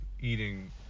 eating